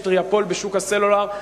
יש טריאפול בשוק הסלולר.